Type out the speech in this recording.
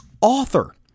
author